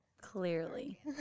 Clearly